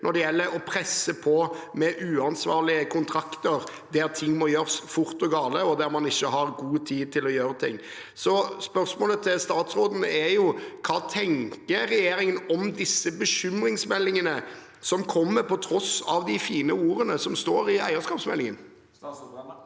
når det gjelder å presse på med uansvarlige kontrakter der ting må gjøres fort og galt, og der man ikke har god tid til å gjøre ting. Så spørsmålet til statsråden er: Hva tenker regjeringen om disse bekymringsmeldingene som kommer, på tross av de fine ordene som står i eierskapsmeldingen? Statsråd Tonje